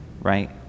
right